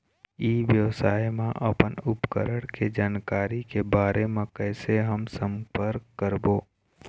ई व्यवसाय मा अपन उपकरण के जानकारी के बारे मा कैसे हम संपर्क करवो?